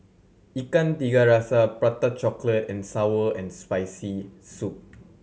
Ikan Tiga Rasa Prata Chocolate and sour and Spicy Soup